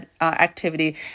activity